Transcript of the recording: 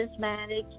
charismatic